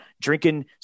drinking